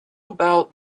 about